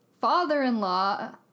father-in-law